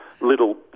little